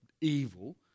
evil